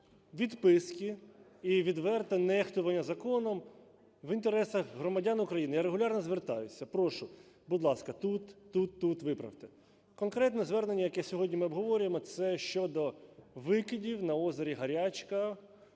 відписки і відверте нехтування законом. В інтересах громадян України я регулярно звертаюся. Прошу, будь ласка, тут, тут, тут виправте. Конкретне звернення, яке ми сьогодні обговорюємо, це щодо викидів на озері Горячка